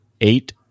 eight